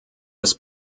des